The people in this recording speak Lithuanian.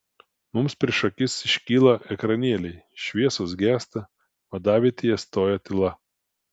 mums prieš akis iškyla ekranėliai šviesos gęsta vadavietėje stoja tyla